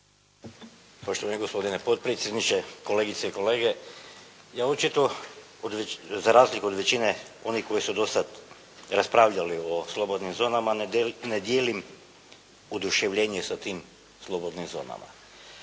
Poštovani gospodine potpredsjedniče, kolegice i kolege. Ja očito, za razliku od većine onih koji su dosad raspravljali o slobodnim zonama, ne dijelim oduševljenje sa tim slobodnim zonama.